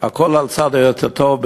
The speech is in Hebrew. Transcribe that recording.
הכול על הצד היותר-טוב,